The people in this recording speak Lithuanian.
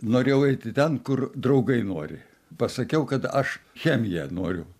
norėjau eiti ten kur draugai nori pasakiau kad aš chemiją noriu